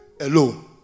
alone